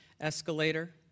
escalator